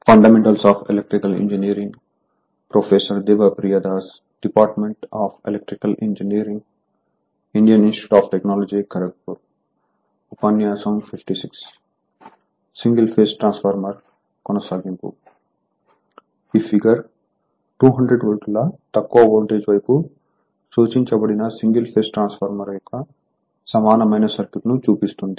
కాబట్టి ఈ ఫిగర్ 200 వోల్టుల తక్కువ వోల్టేజ్ వైపు సూచించబడిన సింగిల్ ఫేజ్ ట్రాన్స్ఫార్మర్ యొక్క సమానమైన సర్క్యూట్ ను చూపిస్తుంది